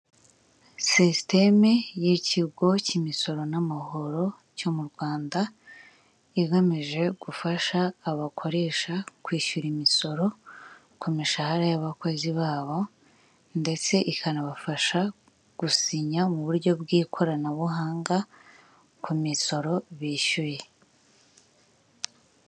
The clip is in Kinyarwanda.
Sisiteme y'ikigo cy'imisoro n'amahoro cyo mu Rwanda, igamije gufasha abakoresha kwishyura imisoro ku mishahara y'abakozi b'abo ndetse ikanabafasha gusinya mu buryo bw'ikoranabuhanga ku misoro bishyuye.